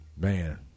Man